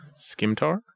skimtar